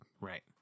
Right